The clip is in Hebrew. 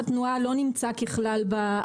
אגף התנועה לא נמצא בערים,